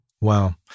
Wow